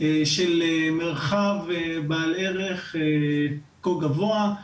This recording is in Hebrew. של מרחב בעל ערך כה גבוה.